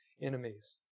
enemies